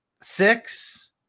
six